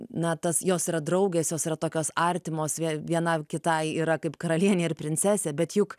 na tas jos yra draugės jos yra tokios artimos viena kitai yra kaip karalienė ir princesė bet juk